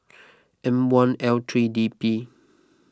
M one L three D P